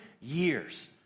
years